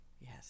yes